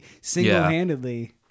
single-handedly